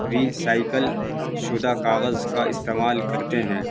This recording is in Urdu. ریسائیکل شدہ کاغذ کا استعمال کرتے ہیں